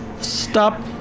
stop